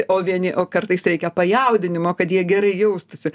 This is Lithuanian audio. o vieni o kartais reikia pajaudinimo kad jie gerai jaustųsi